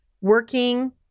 working